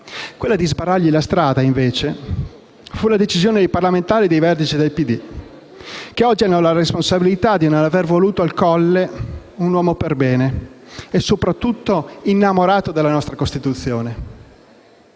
Quella di sbarrargli la strada, invece, fu la decisione dei parlamentari dei vertici del PD, che oggi hanno la responsabilità di non aver voluto al Colle un uomo perbene e soprattutto innamorato della nostra Costituzione.